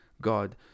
God